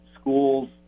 schools